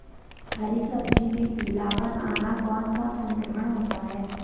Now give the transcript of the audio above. हरी सब्जी में पीलापन आना कौन सा संक्रमण होता है?